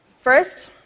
First